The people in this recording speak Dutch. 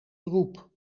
beroep